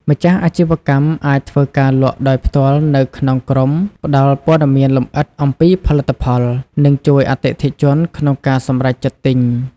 ម្ចាស់អាជីវកម្មអាចធ្វើការលក់ដោយផ្ទាល់នៅក្នុងក្រុម ផ្ដល់ព័ត៌មានលម្អិតអំពីផលិតផល និងជួយអតិថិជនក្នុងការសម្រេចចិត្តទិញ។